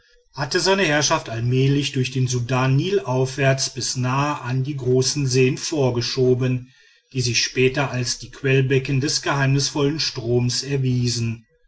hatte seine herrschaft allmählich durch den sudan nilaufwärts bis nahe an die großen seen vorgeschoben die sich später als die quellbecken des geheimnissvollen stroms erwiesen